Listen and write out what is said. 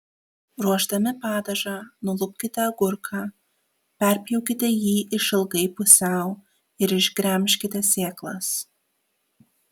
ruošdami padažą nulupkite agurką perpjaukite jį išilgai pusiau ir išgremžkite sėklas